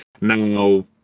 Now